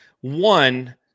One